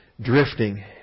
drifting